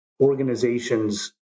organizations